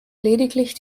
lediglich